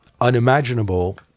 unimaginable